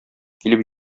килеп